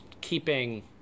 keeping